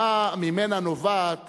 ממנה נובעת